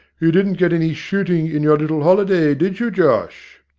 you didn't get any shooting in your little holiday, did you, josh?